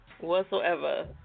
whatsoever